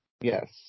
Yes